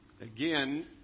Again